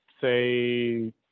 say